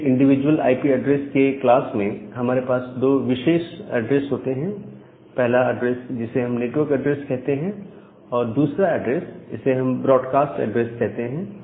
प्रत्येक individual IP address के class में हमारे पास दो विशेष एड्रेस होते हैं पहला एड्रेस जिसे हम नेटवर्क एड्रेस कहते हैं और दूसरा एड्रेस इसे हम ब्रॉडकास्ट एड्रेस कहते हैं